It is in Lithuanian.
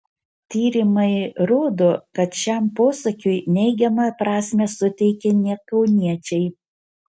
tyrimai rodo kad šiam posakiui neigiamą prasmę suteikia ne kauniečiai